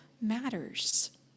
matters